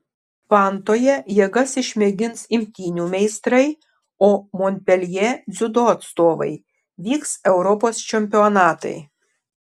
vantoje jėgas išmėgins imtynių meistrai o monpeljė dziudo atstovai vyks europos čempionatai